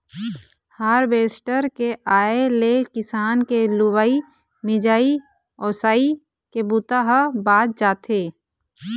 harvester के आए ले किसान के लुवई, मिंजई, ओसई के बूता ह बाँच जाथे